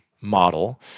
model